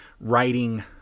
writing